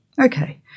Okay